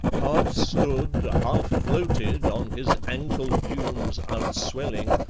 half stood, half floated on his ankle-plumes out-swelling,